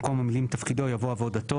במקום המילים 'תפקידו' יבוא 'עבודתו'.